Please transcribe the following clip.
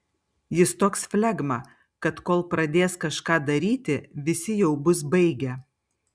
jis toks flegma kad kol pradės kažką daryti visi jau bus baigę